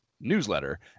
newsletter